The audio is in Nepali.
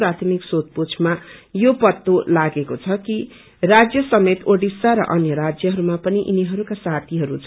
प्राथमिक सोध पूछमा यो पत्तो लागिएको छ कि राज्य समेत ओडिसा र अन्य राज्यहरूमा पनि यीनीहरूका साथीहरू छन्